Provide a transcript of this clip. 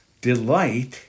delight